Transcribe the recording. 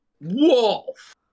Wolf